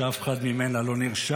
שאף אחד ממנה לא נרשם.